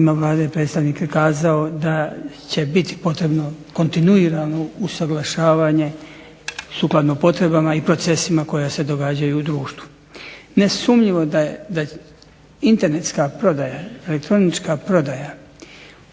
ime Vlade predstavnik kazao da će biti potrebno kontinuirano usaglašavanje sukladno potrebama i procesima koja se događaju u društvu. Nesumnjivo da je internetska prodaja, elektronička prodaja